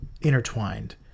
intertwined